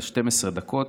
זה 12 דקות,